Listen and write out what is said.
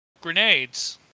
grenades